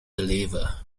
deliver